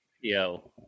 Yo